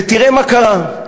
ותראה מה קרה,